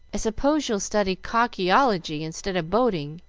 i suppose you'll study cockleology instead of boating,